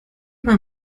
were